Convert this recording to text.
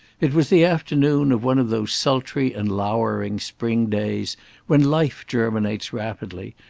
it was the afternoon of one of those sultry and lowering spring days when life germinates rapidly,